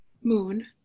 moon